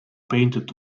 painted